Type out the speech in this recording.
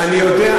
אני יודע,